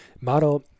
Model